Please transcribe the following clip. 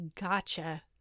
gotcha